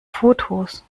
fotos